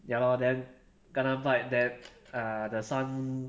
ya lor then kena bite then err the son